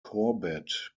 corbett